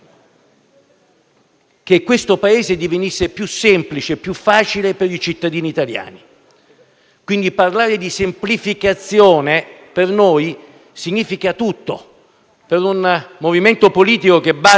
che questo Paese divenisse più semplice, più facile per i cittadini italiani, quindi parlare di semplificazione per noi significa tutto. Capite bene che per un movimento politico che basa